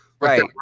Right